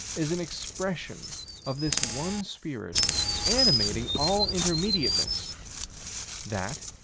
is an expression of this one spirit animating all intermediateness that,